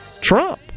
Trump